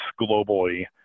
globally